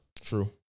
True